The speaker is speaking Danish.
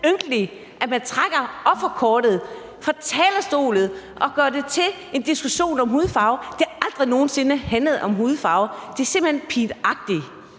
ynkeligt, at man trækker offerkortet fra talerstolen og gør det til en diskussion om hudfarve. Det har aldrig nogen sinde handlet om hudfarve. Det er simpelt hen pinagtigt.